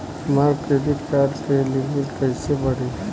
हमार credit card के limit कइसे बढ़ी?